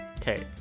Okay